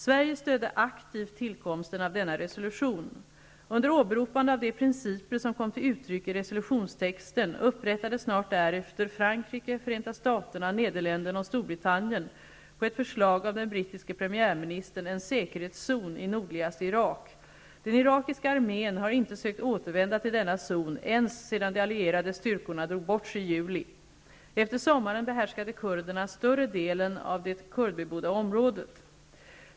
Sverige stödde aktivt tillkomsten av denna resolution. Under åberopande av de principer som kom till utryck i resolutionstexten upprättade snart därefter Irak. Den irakiska armén har inte sökt återvända till denna zon ens sedan de allierade styrkorna drogs bort i juli. Efter sommaren behärskade kurderna större delen av det kurdbebodda området.